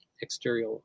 exterior